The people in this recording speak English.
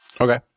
Okay